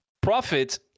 profit